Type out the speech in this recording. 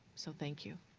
so thank you.